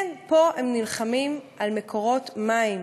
כן, הם נלחמים על מקורות מים,